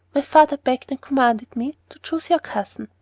my father begged and commanded me to choose your cousin.